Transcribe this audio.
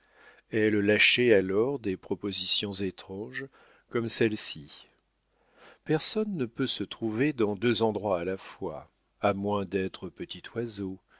elle lâchait alors des propositions étranges comme celle-ci personne ne peut se trouver dans deux endroits à la fois à moins d'être petit oiseau